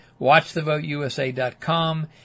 watchthevoteusa.com